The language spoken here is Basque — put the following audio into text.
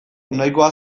nahikoa